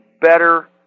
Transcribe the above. better